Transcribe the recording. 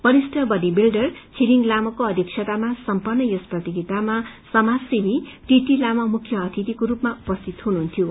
वरिष्ठ body builder Chhiring लामाको अध्यक्षतामा सम्पत्र यस प्रतियोगितामा समाजसेवी टीटी लामा मुख्य अतिथिको रूपमा उपस्थित हुनुहुन्थ्यो